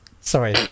Sorry